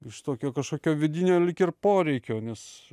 iš tokio kažkokio vidinio lyg ir poreikio nes